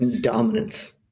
dominance